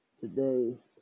Today